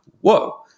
whoa